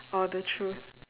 or the truth